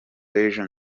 w’ejo